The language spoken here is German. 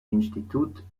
institut